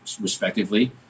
respectively